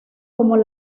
con